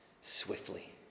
swiftly